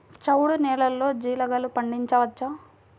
చవుడు నేలలో జీలగలు పండించవచ్చా?